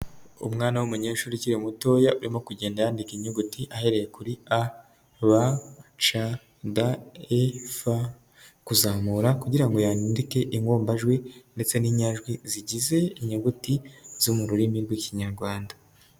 Umwana w'umunyeshuri ukiri mutoya urimo kugenda yandika inyuguti ahereye kuri; a, b, c, d, e, f kuzamura kugirango ngo yandike ingombajwi ndetse n'inyajwi zigize inyuguti zo mu rurimi rw'ikinyarwanda.